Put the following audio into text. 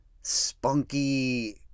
spunky